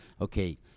okay